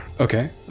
Okay